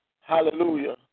hallelujah